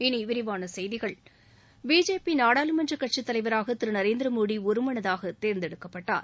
இனி விரிவான செய்திகள் பிஜேபி நாடாளுமன்றக் கட்சித் தலைவராக திரு நரேந்திர மோடி ஒருமனதாக தேர்ந்தெடுக்கப்பட்டார்